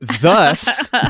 Thus